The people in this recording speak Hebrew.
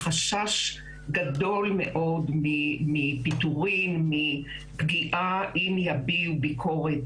חשש גדול מאוד מפיטורין, מפגיעה אם יביעו ביקורת